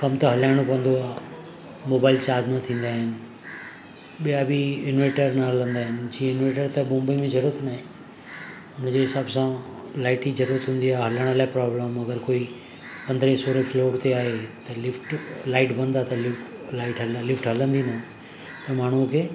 कम त हलाइणो पवंदो आहे मोबाइल चार्ज न थींदा आहिनि ॿिया बि इनवेटर न हलंदा आहिनि जीअं इनवेटर त मुंबई में ज़रूरत न आहे मुंहिंजे हिसाब सां लाइट जी ज़रूरत हूंदी आहे हलण लाइ प्रॉब्लम अगरि कोई पंद्रहें सोरहें फ्लोर ते आहे त लिफ्ट लाइट बंदि आहे त लिफ्ट लाइट हल लिफ्ट हलंदी न त माण्हूअ खे